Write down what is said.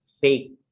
fake